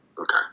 Okay